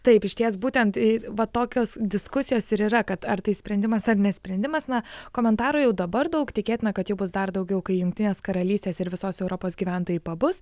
taip išties būtent va tokios diskusijos ir yra kad ar tai sprendimas ar nesprendimas na komentarų jau dabar daug tikėtina kad jų bus dar daugiau kai jungtinės karalystės ir visos europos gyventojai pabus